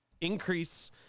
increase